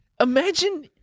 Imagine